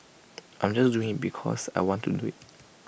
I'm just doing because I want to do IT